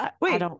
Wait